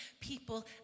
people